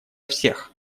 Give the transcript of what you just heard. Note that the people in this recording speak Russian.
всех